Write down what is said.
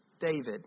David